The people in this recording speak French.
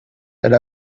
elle